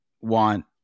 want